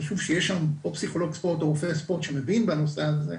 חשוב שיהיה שם או פסיכולוג ספורט או רופא ספורט שמבין בנושא הזה.